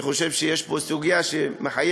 אני חושב שיש פה סוגיה שמחייבת